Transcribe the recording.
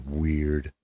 weird